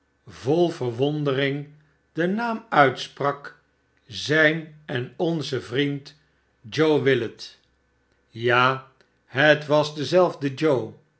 vol verwondering den naam uitsprak zijn en onzen vriend joe willet ja het was dezelfde joe